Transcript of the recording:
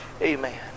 Amen